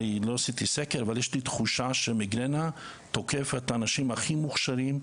אני לא עשיתי סקר אבל יש לי תחושה שמיגרנה תוקף את האנשים הכי מוכשרים,